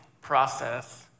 process